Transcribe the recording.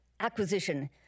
Acquisition